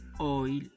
oil